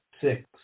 six